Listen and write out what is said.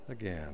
again